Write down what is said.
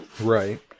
Right